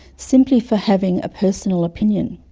simply for having a personal opinion.